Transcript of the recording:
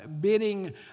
Bidding